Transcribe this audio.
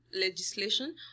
legislation